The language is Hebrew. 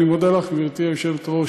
אני מודה לך, גברתי היושבת-ראש,